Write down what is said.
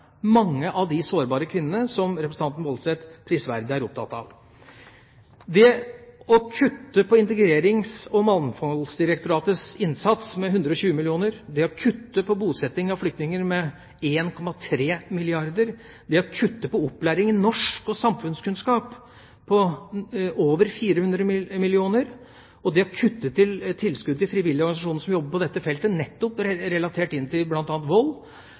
mange av de sårbare kvinnene som representanten Woldseth prisverdig er opptatt av. Det å kutte i Integrerings- og mangfoldsdirektoratets innsats med 120 mill. kr, det å kutte i bosetting av flyktninger med 1,3 milliarder kr, det å kutte i opplæring i norsk og samfunnskunnskap med over 400 mill. kr, det å kutte i tilskudd til frivillige organisasjoner som jobber på dette feltet, nettopp relatert til bl.a. vold,